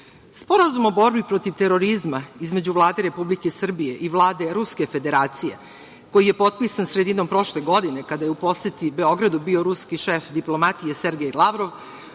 Irana. Sporazum o borbi protiv terorizma između Vlade Republike Srbije i Vlade Ruske Federacije koji je potpisan sredinom prošle godine kada je u poseti Beogradu bio ruski šef diplomatije Sergej Lavrov,